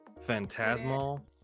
phantasmal